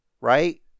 right